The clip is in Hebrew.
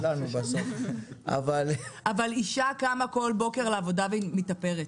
אבל אישה קמה כל בוקר לעבודה והיא מתאפרת.